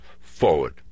forward